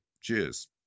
Cheers